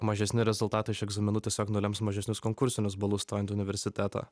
mažesni rezultatai iš egzaminų tiesiog nulems mažesnius konkursinius balus stojant į universitetą